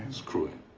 screwing.